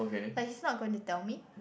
like he's not going to tell me